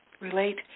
relate